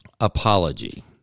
apology